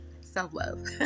self-love